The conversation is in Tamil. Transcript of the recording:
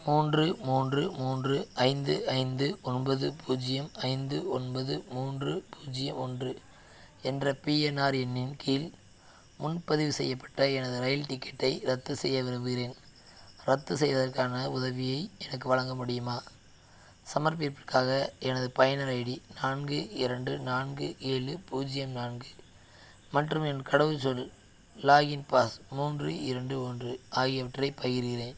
மூன்று மூன்று மூன்று ஐந்து ஐந்து ஒன்பது பூஜ்ஜியம் ஐந்து ஒன்பது மூன்று பூஜ்ஜியம் ஒன்று என்ற பிஎன்ஆர் எண்ணின் கீழ் முன்பதிவு செய்யப்பட்ட எனது ரயில் டிக்கெட்டை ரத்து செய்ய விரும்புகிறேன் ரத்து செய்வதற்கான உதவியை எனக்கு வழங்க முடியுமா சமர்ப்பிப்புக்காக எனது பயனர் ஐடி நான்கு இரண்டு நான்கு ஏழு பூஜ்ஜியம் நான்கு மற்றும் என் கடவுச்சொல் லாகின்பாஸ் மூன்று இரண்டு ஒன்று ஆகியவற்றைப் பகிர்கிறேன்